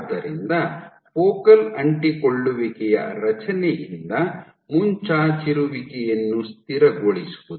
ಆದ್ದರಿಂದ ಫೋಕಲ್ ಅಂಟಿಕೊಳ್ಳುವಿಕೆಯ ರಚನೆಯಿಂದ ಮುಂಚಾಚಿರುವಿಕೆಯನ್ನು ಸ್ಥಿರಗೊಳಿಸುವುದು